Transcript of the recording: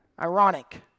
Ironic